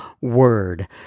word